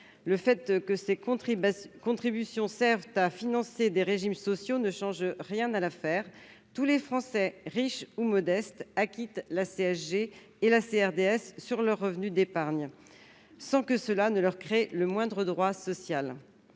Le fait que ces contributions servent à financer des régimes sociaux ne change rien à l'affaire : tous les Français, riches ou modestes, acquittent la CSG et la CRDS sur leurs revenus d'épargne sans que cela leur crée le moindre droit social.